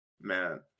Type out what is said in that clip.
man